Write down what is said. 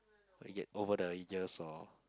I get over the years oh